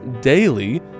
daily